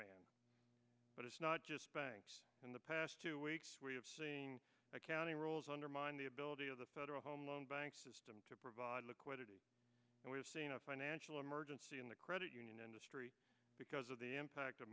up but it's not just banks in the past two weeks we have seen accounting rules undermine the ability of the federal home loan bank system to provide liquidity and we've seen a financial emergency in the credit union industry because of the impact of